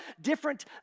different